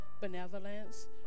benevolence